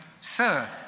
Sir